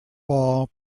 ball